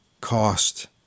cost